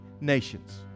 nations